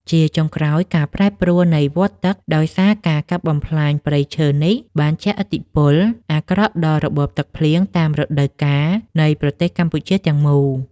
ជាចុងក្រោយ ការប្រែប្រួលនៃវដ្តទឹកដោយសារការកាប់បំផ្លាញព្រៃឈើនេះ បានជះឥទ្ធិពលអាក្រក់ដល់របបទឹកភ្លៀងតាមរដូវកាលនៃប្រទេសកម្ពុជាទាំងមូល។